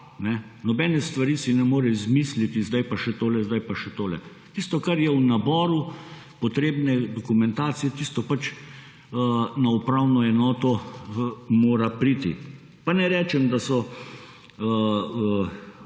nobene stvari si ne more izmisliti: sedaj pa še tole, sedaj pa še tole. Tisto, kar je v naboru potrebne dokumentacije, tisto pač na upravno enoto mora priti. Pa ne rečem, da so